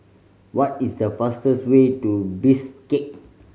what is the fastest way to Bishkek